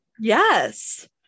yes